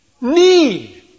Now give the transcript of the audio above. Need